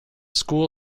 school